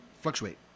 fluctuate